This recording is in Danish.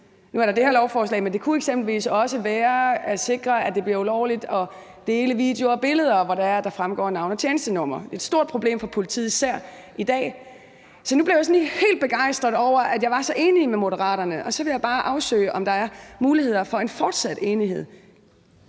Nu er der det her lovforslag, men det kunne eksempelvis også være at sikre, at det bliver ulovligt at dele videoer og billeder, hvor der fremgår navn og tjenestenummer. Det er især et stort problem for politiet i dag. Så nu blev jeg sådan helt begejstret over, at jeg var så enig med Moderaterne, og så ville jeg bare afsøge, om der er muligheder for en fortsat enighed.